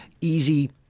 easy